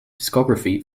discography